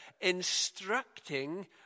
instructing